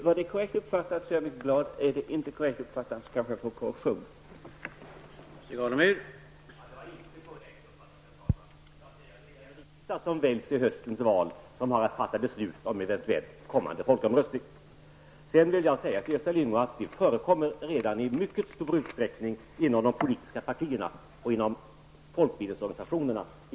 Var det korrekt uppfattat är jag mycket glad, var det inte korrekt uppfattat kanske jag kan få en korrigering.